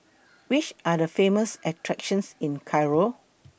Which Are The Famous attractions in Cairo